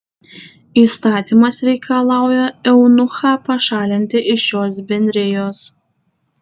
įstatymas reikalauja eunuchą pašalinti iš šios bendrijos